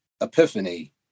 epiphany